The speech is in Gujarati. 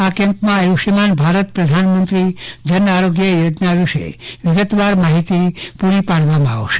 આ કેમ્પમાંઆયુષમાન ભારત પ્રધાનમંત્રી જન આરોગ્ય યોજના વિષે વિગતવાર માહિતી પૂરી પાડવામાં આવશે